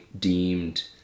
deemed